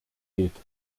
geht